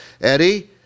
Eddie